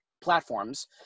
platforms